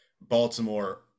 Baltimore